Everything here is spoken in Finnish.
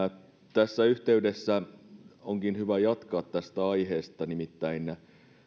tässä yhteydessä onkin hyvä jatkaa tästä aiheesta nimittäin